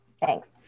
Thanks